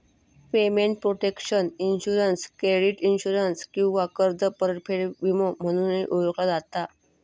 payment protection insurance credit insurance किंवा कर्ज परतफेड विमो म्हणूनही ओळखला जाता